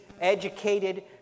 educated